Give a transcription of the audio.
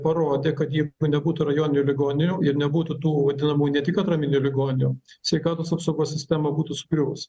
parodė kad jeigu nebūtų rajoninių ligoninių ir nebūtų tų vadinamų ne tik atraminiu ligonių sveikatos apsaugos sistema būtų sugriuvus